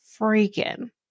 freaking